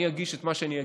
אני אגיש את מה שאני אגיש,